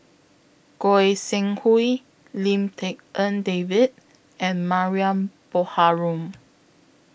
Goi Seng Hui Lim Tik En David and Mariam Baharom